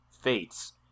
Fates